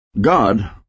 God